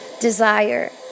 desire